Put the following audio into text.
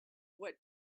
what